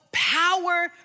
Power